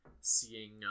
seeing